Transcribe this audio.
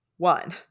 One